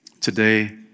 Today